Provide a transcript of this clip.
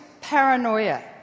paranoia